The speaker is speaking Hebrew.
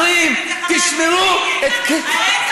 מעניין על איזה חוקים אתם עושים את זה,